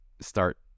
start